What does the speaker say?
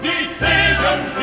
Decisions